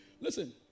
Listen